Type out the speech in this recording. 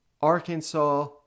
Arkansas